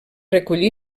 recollir